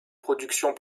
productions